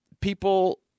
People